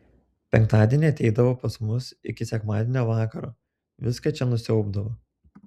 penktadienį ateidavo pas mus iki sekmadienio vakaro viską čia nusiaubdavo